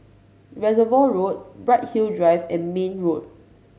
Reservoir Road Bright Hill Drive and Mayne Road